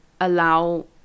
allow